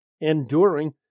enduring